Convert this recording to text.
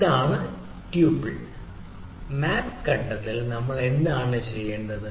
ഇതാണ് tuple map ഘട്ടത്തിൽ നമ്മൾ എന്താണ് ചെയ്യേണ്ടത്